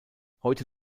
heute